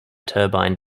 turbine